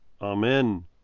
Amen